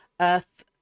Earth